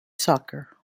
soccer